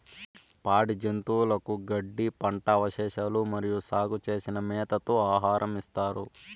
పాడి జంతువులకు గడ్డి, పంట అవశేషాలు మరియు సాగు చేసిన మేతతో ఆహారం ఇస్తారు